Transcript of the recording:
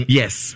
yes